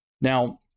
Now